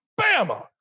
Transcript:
Bama